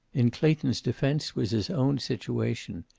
in clayton's defense was his own situation.